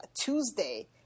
Tuesday